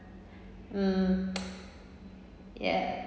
mm ya